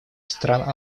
стран